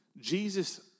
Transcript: Jesus